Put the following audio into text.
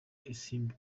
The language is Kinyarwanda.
isimbi